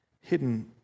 hidden